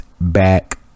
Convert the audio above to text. back